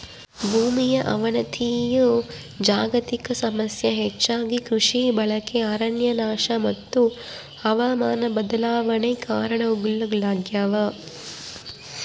ಭೂಮಿಯ ಅವನತಿಯು ಜಾಗತಿಕ ಸಮಸ್ಯೆ ಹೆಚ್ಚಾಗಿ ಕೃಷಿ ಬಳಕೆ ಅರಣ್ಯನಾಶ ಮತ್ತು ಹವಾಮಾನ ಬದಲಾವಣೆ ಕಾರಣಗುಳಾಗ್ಯವ